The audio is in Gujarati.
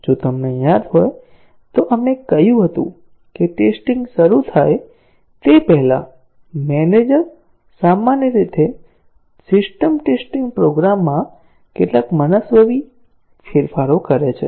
જો તમને યાદ હોય તો આપણે કહ્યું હતું કે ટેસ્ટીંગ શરૂ થાય તે પહેલાં મેનેજર સામાન્ય રીતે સિસ્ટમ ટેસ્ટીંગ પ્રોગ્રામમાં કેટલાક મનસ્વી ફેરફારો કરે છે